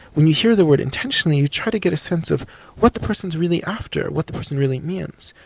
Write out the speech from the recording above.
when you hear the word intentionally you try to get a sense of what the person's really after, what the person really means.